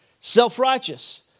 self-righteous